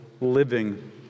living